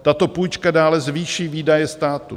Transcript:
Tato půjčka dále zvýší výdaje státu.